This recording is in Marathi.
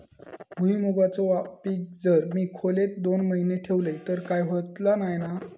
भुईमूगाचा पीक जर मी खोलेत दोन महिने ठेवलंय तर काय होतला नाय ना?